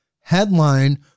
Headline